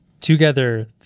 together